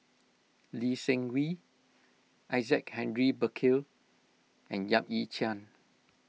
Lee Seng Wee Isaac Henry Burkill and Yap Ee Chian